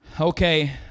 Okay